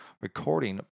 recording